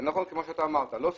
זה נכון כפי שאמרת: לא סיטיפס.